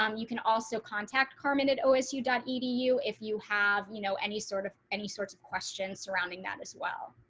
um you can also contact carmen at osu dot edu if you have, you know, any sort of any sorts of questions surrounding that as well.